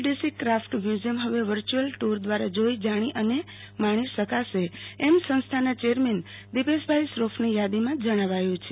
DC craft museum હવે virtual tour દ્વારા જોઈ જાણી અને માણી શકાશે એમ સંસ્થાના ચેરમેન દિપેશભાઈ શ્રોફની યાદીમાં જણાવાયું છે